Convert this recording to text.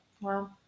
Wow